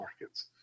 markets